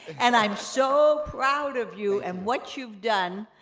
and i'm so proud of you and what you've done.